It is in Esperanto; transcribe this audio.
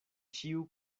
ĉiu